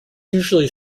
usually